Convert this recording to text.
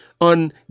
on